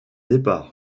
départ